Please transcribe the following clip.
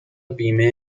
بیمه